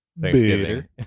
thanksgiving